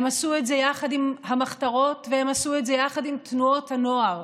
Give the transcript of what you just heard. הם עשו את זה יחד עם המחתרות והם עשו את זה יחד עם תנועות הנוער.